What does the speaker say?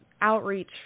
outreach